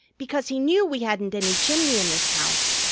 because he knew we hadn't any chimney in this house,